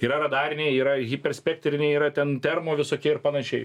yra radariniai yra hiperspektriniai yra ten termo visokie ir panašiai